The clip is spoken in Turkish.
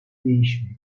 değişmedi